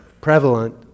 prevalent